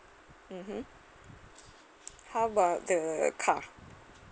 mmhmm how about the car